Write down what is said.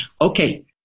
Okay